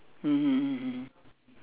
mmhmm mmhmm